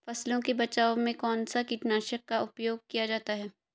फसलों के बचाव में कौनसा कीटनाशक का उपयोग किया जाता है?